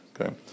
Okay